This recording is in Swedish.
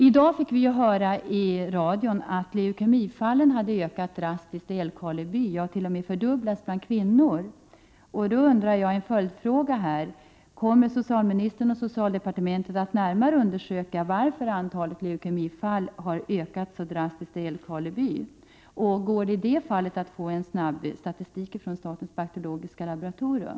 I dag fick vi höra i radion att leukemifallen har ökat drastiskt i Älvkarleby — t.o.m. fördubblats bland kvinnor. En följdfråga här är om socialministern och socialdepartementet kommer att närmare undersöka varför antalet leukemifall har ökat så drastiskt i Älvkarleby. Går det att i det fallet få en snabbstatistik från statens bakteriologiska laboratorium?